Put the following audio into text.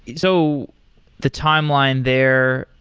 so the timeline there,